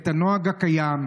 את הנוהג הקיים,